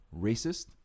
racist